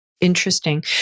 Interesting